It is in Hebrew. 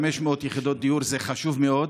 5,500 יחידות דיור זה חשוב מאוד,